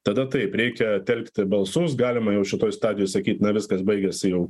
tada taip reikia telkti balsus galima jau šitoj stadijoj sakyt na viskas baigėsi jau